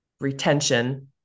retention